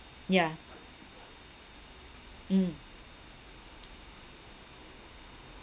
yeah mm